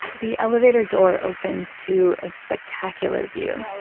the elevator door opens to a spectacular view